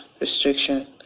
restriction